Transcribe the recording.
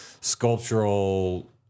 sculptural